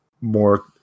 more